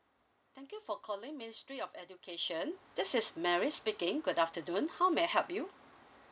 thank you for calling ministry of education this is mary speaking good afternoon how may I help you